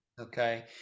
okay